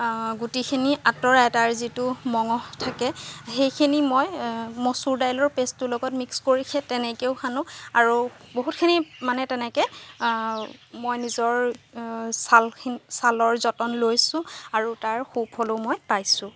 গুটিখিনি আঁতৰাই তাৰ যিটো মঙহ থাকে সেইখিনি মই মচুৰ দাইলৰ পেষ্টটোৰ লগত মিক্স কৰি সেই তেনেকৈয়ো সানোঁ আৰু বহুতখিনি মানে তেনেকৈ মই নিজৰ ছালখনৰ ছালৰ যতন লৈছোঁ আৰু তাৰ সুফলো মই পাইছোঁ